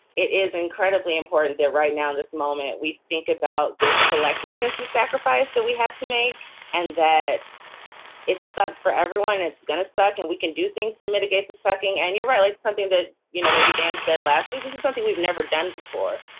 it is incredibly important that right now, this moment, we think about this collective sense of sacrifice that we have to make and that it sucks for everyone, it's going to suck and we can do things to mitigate the sucking. and you're right, like it's something that, you know, maybe dan said last week, this is something we've never done before.